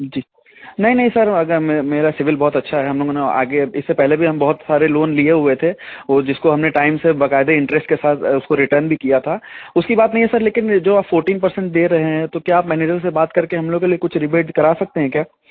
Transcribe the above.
जी नहीं नहीं सर मेरा सिवल बहुत अच्छा है आज ही नहीं इससे पहले भी हम बहुत सारे लोन लिए हुए थे वह जिसको हमने टाइम से बकायदे इंटरेस्ट के साथ उसको रिटर्न भी किया था उसकी बात नहीं है सर लेकिन जो आप फोर्टिन पर्सेन्ट दे रहे हैं तो क्या आप मैनेजर से बात करके हम लोग के लिए कुछ रिबेट करवा सकते हैं क्या